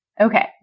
Okay